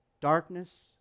darkness